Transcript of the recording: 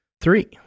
Three